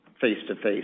face-to-face